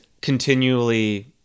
continually